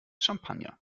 champagner